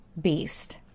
beast